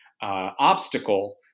obstacle